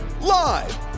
Live